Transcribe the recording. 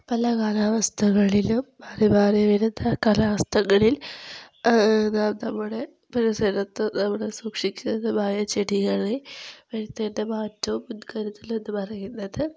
പല കാലാവസ്ഥകളിലും മാറി മാറി വരുന്ന കാലാവസ്ഥകളിൽ നമ്മുടെ പരിസരത്ത് നമ്മുടെ സൂക്ഷിച്ചതുമായ ചെടികളെ വരുത്തേണ്ട മാറ്റവും മുൻകരുതലും എന്നു പറയുന്നത്